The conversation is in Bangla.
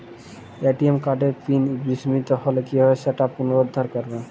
এ.টি.এম কার্ডের পিন বিস্মৃত হলে কীভাবে সেটা পুনরূদ্ধার করব?